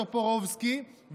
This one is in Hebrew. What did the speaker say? טופורובסקי,